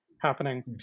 happening